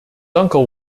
uncle